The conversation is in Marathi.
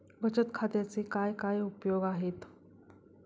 बचत खात्याचे काय काय उपयोग आहेत?